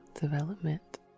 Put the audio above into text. development